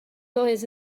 lawyers